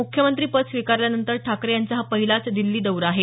मुख्यमंत्री पद स्वीकारल्यानंतर ठाकरे यांचा हा पहिलाच दिल्ली दौरा आहे